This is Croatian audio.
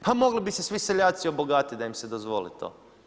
Pa mogli bi se svi seljaci obogatiti da im se dozvoli to.